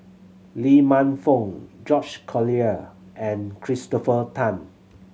Lee Man Fong George Collyer and Christopher Tan